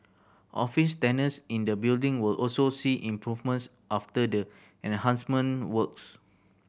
office tenants in the building will also see improvements after the enhancement works